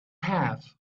have